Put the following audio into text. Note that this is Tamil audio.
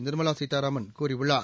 நிர்மலாசீதாராமன் கூறியுள்ளார்